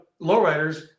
lowriders